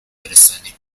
برسانیم